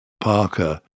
Parker